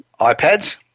iPads